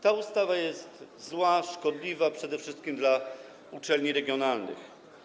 Ta ustawa jest zła, szkodliwa przede wszystkim dla uczelni regionalnych.